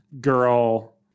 girl